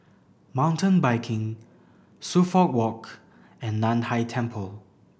Mountain Biking Suffolk Walk and Nan Hai Temple